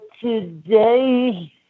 today